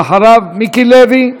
אז אחריו, מיקי לוי.